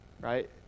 Right